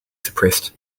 suppressed